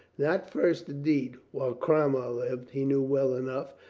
not first indeed. while cromwell lived, he knew well enough,